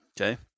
Okay